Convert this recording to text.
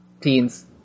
Teens